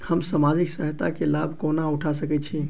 हम सामाजिक सहायता केँ लाभ कोना उठा सकै छी?